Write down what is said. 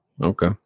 okay